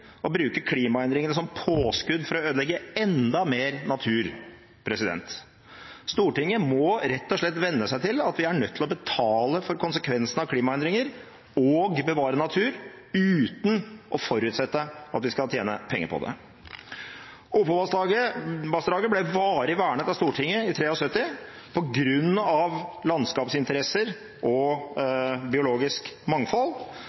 bruke klimaendringene som påskudd for å ødelegge enda mer natur. Stortinget må rett og slett venne seg til at vi er nødt til å betale for konsekvensene av klimaendringer og bevare natur uten å forutsette at vi skal tjene penger på det. Opovassdraget ble varig vernet av Stortinget i 1973 på grunn av landskapsinteresser og biologisk mangfold.